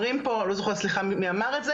אומרים פה ואני מצטערת כי אני לא זוכרת מי אמר את זה